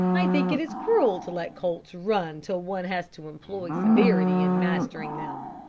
i think it is cruel to let colts run till one has to employ severity in mastering them.